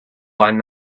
line